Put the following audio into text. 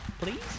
please